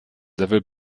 level